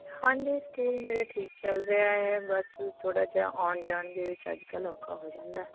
ਹਾਂਜੀ ਸਕੂਲ ਮੇਰਾ ਠੀਕ ਚੱਲ ਰਿਹਾ ਹੈ ਬਸ ਥੋੜ੍ਹਾ ਜਿਹਾ ਆਉਣ ਜਾਣ ਦੇ ਵਿੱਚ ਅੱਜ ਕੱਲ੍ਹ ਔਖਾ ਹੋ ਜਾਂਦਾ